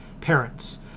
parents